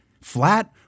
flat